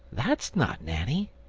that's not nanny,